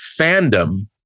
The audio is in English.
fandom